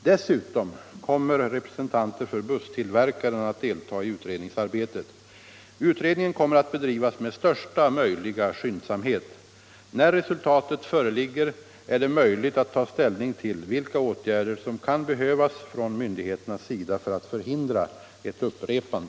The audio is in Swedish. Dessutom kommer representanter för busstillverkaren att delta i utredningsarbetet. Utredningen kommer att bedrivas med största möjliga skyndsamhet. När resultatet föreligger är det möjligt att ta ställning till vilka åtgärder som kan behövas från myndigheternas sida för att förhindra ett upprepande.